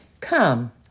Come